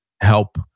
help